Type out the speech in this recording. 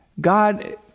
God